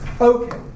Okay